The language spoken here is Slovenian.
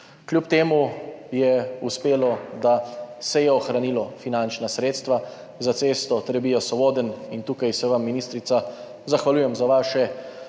Kljub temu je uspelo, da se je ohranilo finančna sredstva za cesto Trebija–Sovodenj, in tukaj se vam, ministrica, zahvaljujem za vaše